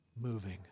moving